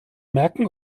merken